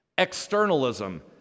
externalism